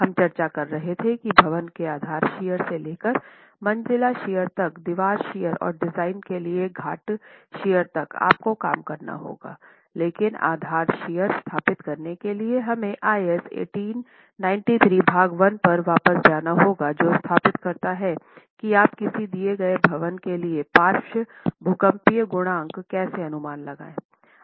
हम चर्चा कर रहे थे कि भवन के आधार शियर से लेकर मंजिला शियर तक दीवार शियर और डिजाइन के लिए घाट शियर तक आपको काम करना होगा लेकिन आधार शियर स्थापित करने के लिए हमें IS 1893 भाग 1 पर वापस जाना होगा जो स्थापित करता है कि आप किसी दिए गए भवन के लिए पार्श्व भूकंपीय गुणांक कैसे अनुमान लगाएंगे